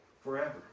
forever